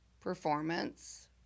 performance